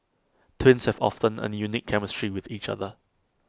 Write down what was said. twins have often A unique chemistry with each other